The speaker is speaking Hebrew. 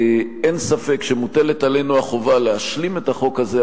אין ספק שמוטלת עלינו החובה להשלים את החוק הזה,